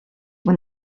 when